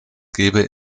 gebe